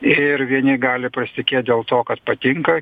ir vieni gali pasitikėt dėl to kad patinka